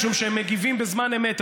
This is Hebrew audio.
משום שהם מגיבים בזמן אמת,